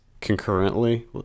concurrently